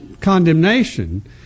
condemnation